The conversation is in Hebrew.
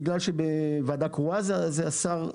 בגלל שבוועדה קרואה זה השר,